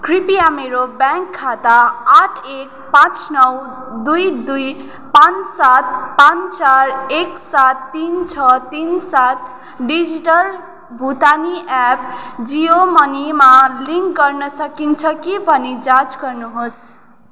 कृपया मेरो ब्याङ्क खाता आठ एक पाँच नौ दुई दुई पाँच सात पाँच चार एक सात तिन छ तिन सात डिजिटल भुक्तानी एप्प जियो मनीमा लिङ्क गर्न सकिन्छ कि भनी जाँच गर्नुहोस्